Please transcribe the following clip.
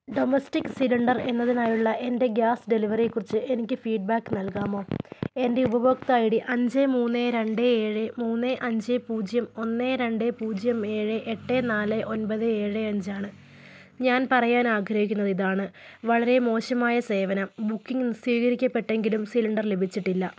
domestic cylinder എന്നതിനായുള്ള എൻ്റെ gas ഡെലിവറിയെക്കുറിച്ചു എനിക്ക് ഫീഡ്ബാക്ക് നൽകാമോ എൻ്റെ ഉപഭോക്തൃ ഐ ഡി അഞ്ച് മൂന്ന് രണ്ട് ഏഴ് മൂന്ന് അഞ്ച് പൂജ്യം ഒന്ന് രണ്ട് പൂജ്യം ഏഴ് എട്ട് നാല് ഒമ്പത് ഏഴ് അഞ്ച് ആണ് ഞാൻ പറയാൻ ആഗ്രഹിക്കുന്നത് ഇതാണ് വളരെ മോശമായ സേവനം ബുക്കിംഗ് സ്ഥിരീകരിക്കപ്പെട്ടെങ്കിലും സിലിണ്ടർ ലഭിച്ചിട്ടില്ല